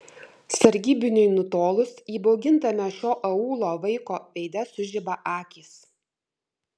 sargybiniui nutolus įbaugintame šio aūlo vaiko veide sužiba akys